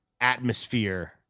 Atmosphere